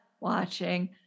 watching